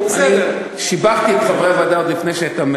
אני שיבחתי את חברי הוועדה עוד לפני שהיא הייתה,